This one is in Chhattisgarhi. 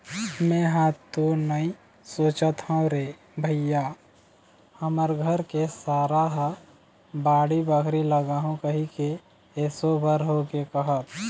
मेंहा तो नइ सोचत हव रे भइया हमर घर के सारा ह बाड़ी बखरी लगाहूँ कहिके एसो भर होगे कहत